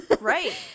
Right